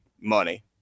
money